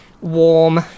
warm